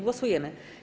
Głosujemy.